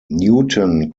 newton